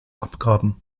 abgaben